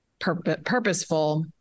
purposeful